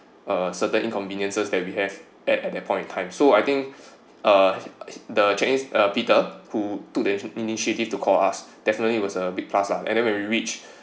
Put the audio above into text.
a certain inconveniences that we have at at that point in time so I think uh the chinese uh peter who took the initiative to call us definitely was a big plus lah and then when we reached